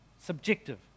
Subjective